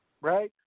Right